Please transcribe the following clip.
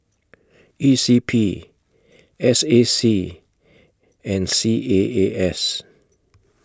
E C P S A C and C A A S